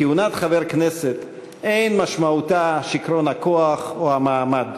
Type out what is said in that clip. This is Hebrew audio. כהונת חבר הכנסת אין משמעותה שיכרון הכוח או המעמד,